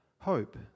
hope